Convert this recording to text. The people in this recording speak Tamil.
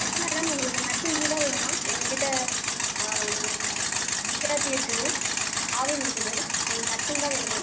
எஸ் மேடம் உங்களுக்கு ஹட்சன் கீ தான் வேணுமா எங்ககிட்ட ஜிஆர்டி இருக்குது ஆவின் இருக்குது உங்களுக்கு ஹட்சன் தான் வேணுமா